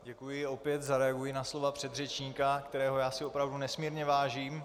Děkuji a opět zareaguji na slova předřečníka, kterého si opravdu nesmírně vážím.